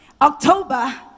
October